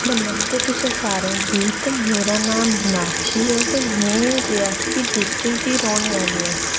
नमस्ते तुसें सारें गी ते मेरा नांऽ मीनाक्षी ऐ ते में रियासी डिस्ट्रिक दी रौह्ने आह्ली आं